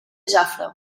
jafre